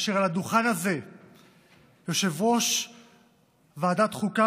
כאשר על הדוכן הזה עמד יושב-ראש ועדת החוקה,